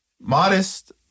Modest